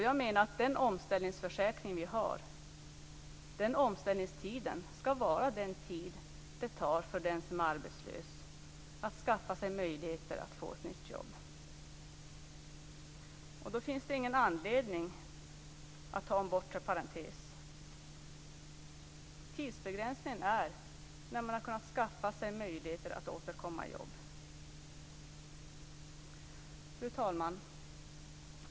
Jag menar att den omställningsförsäkring vi har skall omfatta den tid det tar för den arbetslöse att skaffa sig möjligheter att få ett nytt jobb. Då finns det ingen anledning att ha en bortre parentes. Tidsbegränsningen är när man kunnat skaffa sig möjligheter att åter få ett jobb. Fru talman!